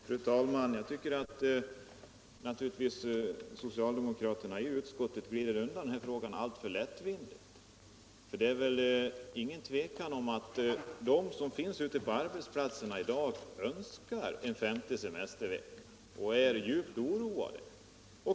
Fru talman! Jag tycker att socialdemokraterna i utskottet glider undan den här frågan alltför lättvindigt. Det råder väl inget tvivel om att de som finns ute på arbetsplatserna i dag önskar en femte semestervecka och är djupt oroade.